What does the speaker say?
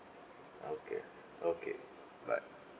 okay okay bye